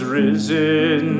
risen